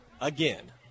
again